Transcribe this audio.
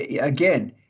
again